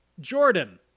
Jordan